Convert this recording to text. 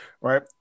right